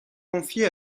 confié